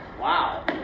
Wow